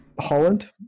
Holland